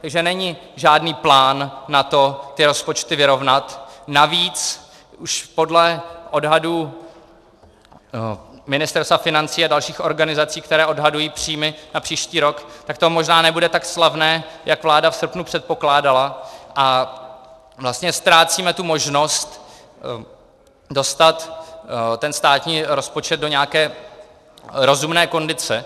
Takže není žádný plán na to rozpočty vyrovnat, navíc už podle odhadů Ministerstva financí a dalších organizací, které odhadují příjmy na příští rok, tak to možná nebude tak slavné, jak vláda v srpnu předpokládala, a vlastně ztrácíme tu možnost dostat státní rozpočet do nějaké rozumné kondice.